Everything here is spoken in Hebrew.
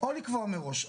או לקבוע מראש.